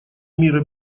мира